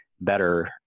better